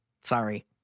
Sorry